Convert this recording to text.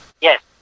Yes